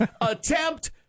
attempt